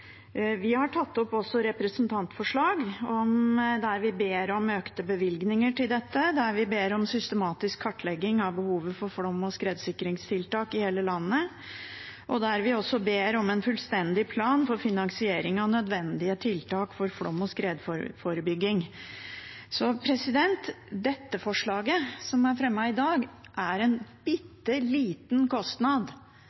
Vi har også hatt representantforslag der vi ber om økte bevilgninger til dette, der vi ber om systematisk kartlegging av behovet for flom- og skredsikringstiltak i hele landet, og der vi også ber om en fullstendig plan for finansiering av nødvendige tiltak for flom- og skredforebygging. Dette forslaget, som er fremmet i dag, er en